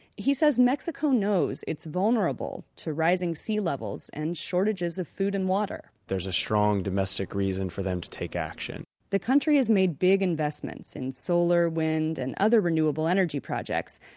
he says mexico knows it's vulnerable to rising sea levels, and shortages of food and water there's a strong domestic reason for them to take action the country has made big investments in solar, wind and other renewable energy projects.